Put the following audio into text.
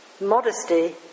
Modesty